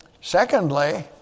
secondly